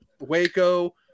Waco